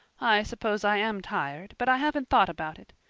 i suppose i am tired but i haven't thought about it.